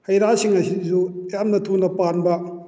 ꯍꯩ ꯔꯥꯁꯤꯡ ꯑꯁꯤꯁꯨ ꯌꯥꯝꯅ ꯊꯨꯅ ꯄꯥꯟꯕ